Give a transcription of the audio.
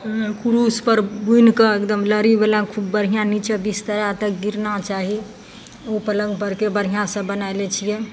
कुरूसपर बुनि कऽ एकदम लड़ीवला खूब बढ़िआँ निच्चा दिससँ अते गिरना चाही उ पलङ्ग परके बढ़िआँ सँ बनाय लै छियै